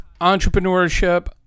entrepreneurship